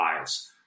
eyes